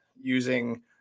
Using